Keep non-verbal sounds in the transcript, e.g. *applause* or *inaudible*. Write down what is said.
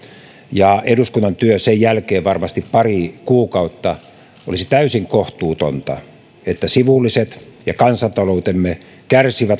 ja eduskunnan työ sen jälkeen varmasti pari kuukautta olisi täysin kohtuutonta että sivulliset ja kansantaloutemme kärsivät *unintelligible*